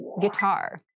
Guitar